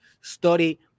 Study